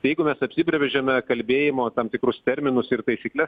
jeigu mes apsibreberžiame kalbėjimo tam tikrus terminus ir taisykles